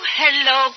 hello